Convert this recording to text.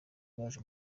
baje